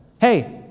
Hey